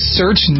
search